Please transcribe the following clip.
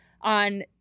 on